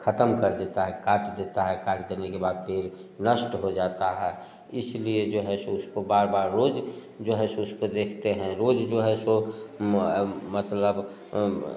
ख़त्म कर देता है काट देता है काट देने के बाद फिर नष्ट हो जाता है इसलिए जो है सो उसको बार बार रोज़ जो है सो उसको देखते हैं रोज़ जो है सो मतलब